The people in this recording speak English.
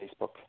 Facebook